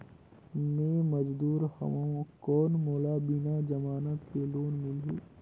मे मजदूर हवं कौन मोला बिना जमानत के लोन मिलही?